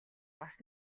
бас